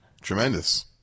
Tremendous